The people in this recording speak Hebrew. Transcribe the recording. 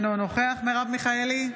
אינו נוכח מרב מיכאלי,